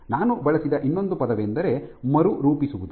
ನಾನು ಬಳಸಿದ ಇನ್ನೊಂದು ಪದವೆಂದರೆ ಮರುರೂಪಿಸುವುದು